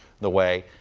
the way.